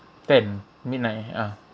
ten midnight ah